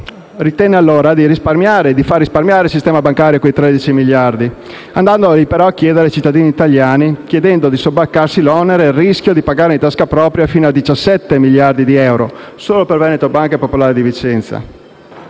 ritenne allora di far risparmiare al sistema bancario quei 13 miliardi andando a chiedere ai cittadini italiani di sobbarcarsi l'onere e il rischio di pagare di tasca propria fino a 17 miliardi di euro solo per Veneto Banca e Popolare di Vicenza.